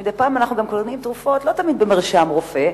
שמדי פעם אנחנו קונים תרופות שלא עם מרשם רופא.